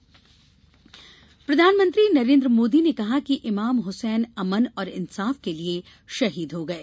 मोदी प्रधानमंत्री नरेन्द्र मोदी ने कहा है कि इमाम हुसैन अमन और इंसाफ के लिये शहीद हो गये